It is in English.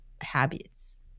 habits